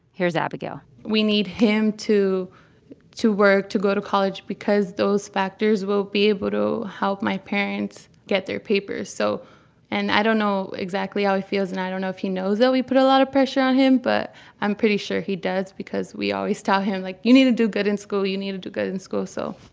here's abigail we need him to to work, to go to college because those factors will be able to help my parents get their papers. so and i don't know exactly how he feels. and i don't know if he knows that we put a lot of pressure on him, but i'm pretty sure he does because we always tell him, like, you need to do good in school. you need to do good in school. so.